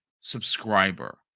subscriber